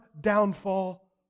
downfall